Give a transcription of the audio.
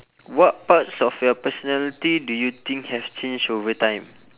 what parts of your personality do you think have changed over time